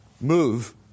move